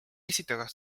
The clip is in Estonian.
esitada